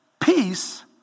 Peace